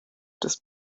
des